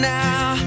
now